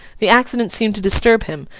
the accident seemed to disturb him,